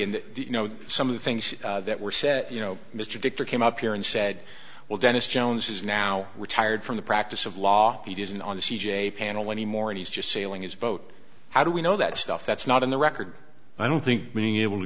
and you know some of the things that were said you know mr dichter came up here and said well dennis jones is now retired from the practice of law he isn't on the c j panel anymore and he's just sailing his boat how do we know that stuff that's not in the record i don't think many able to